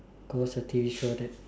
go watch a T_V show that